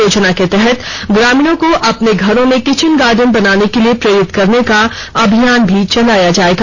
योजना के तहत ग्रामीणों को अपने घरों में किचन गार्डन बनाने के लिए प्रेरित करने का अभियान भी चलाया जाएगा